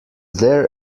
there